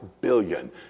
billion